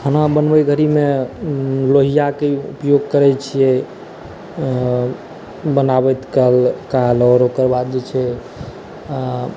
खाना बनबय घरी मे लोहिया के उपयोग करै छियै बनाबैत काल काल ओकर बाद जे छै